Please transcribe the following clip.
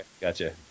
Gotcha